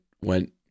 went